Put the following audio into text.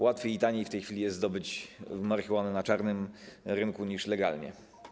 Łatwiej i taniej w tej chwili jest zdobyć marihuanę na czarnym rynku niż legalnie.